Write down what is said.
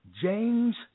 James